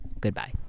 Goodbye